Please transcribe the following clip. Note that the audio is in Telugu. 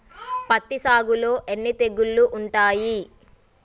పత్తి సాగులో ఎన్ని తెగుళ్లు ఉంటాయి?